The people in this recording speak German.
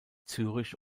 zürich